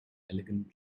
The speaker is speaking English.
elegant